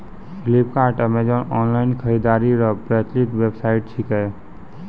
Flipkart Amazon online खरीदारी रो प्रचलित वेबसाइट छिकै